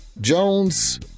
Jones